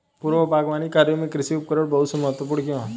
पूर्व बागवानी कार्यों में कृषि उपकरण बहुत महत्वपूर्ण क्यों है?